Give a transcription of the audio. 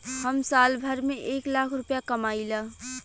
हम साल भर में एक लाख रूपया कमाई ला